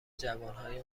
جوانهایی